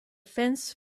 fence